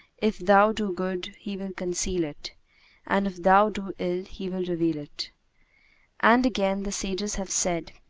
if thou do good, he will conceal it and if thou do ill he will reveal it and again, the sages have said,